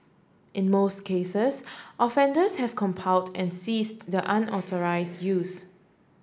in most cases offenders have compiled and ceased the unauthorised use